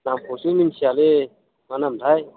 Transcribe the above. नामखौसो मिथियालै मा नामथाय